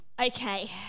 Okay